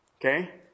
Okay